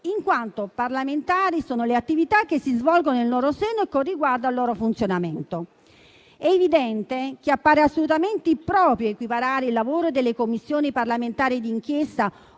in quanto parlamentari sono le attività che si svolgono nel loro seno e con riguardo al loro funzionamento. È evidente che appare assolutamente improprio equiparare il lavoro delle Commissioni parlamentari d'inchiesta